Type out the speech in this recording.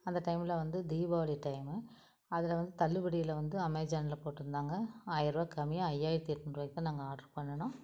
அந்த டைமில் வந்து தீபாவளி டைமு அதில் வந்து தள்ளுபடியில் வந்து அமேசான்ல போட்டிருந்தாங்க ஆயிருபா கம்மியாக ஐயாயிரத்தி எட்நூறுபாயிக்கு தான் நாங்கள் ஆர்டர் பண்ணுனோம்